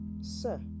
Sir